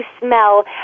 smell